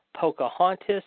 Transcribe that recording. Pocahontas